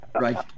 Right